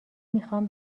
میخوام